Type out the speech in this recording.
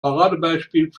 paradebeispiel